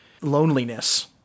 loneliness